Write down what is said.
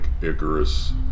Icarus